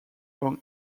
long